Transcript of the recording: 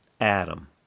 Adam